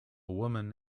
woman